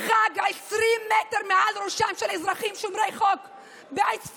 חג 20 מטר מעל ראשם של אזרחים שומרי חוק בעוספיא,